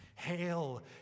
Hail